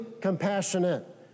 compassionate